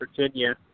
Virginia